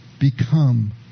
become